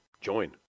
Join